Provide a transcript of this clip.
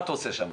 מה אתה עושה שם?